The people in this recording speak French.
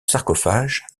sarcophage